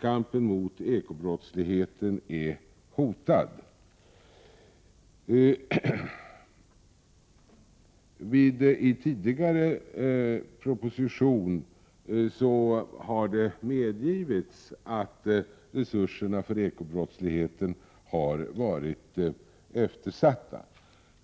Kampen mot ekobrottsligheten är hotad. I en tidigare proposition har det medgivits att resurserna för bekämpande av ekobrottsligheten har varit eftersatta.